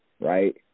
right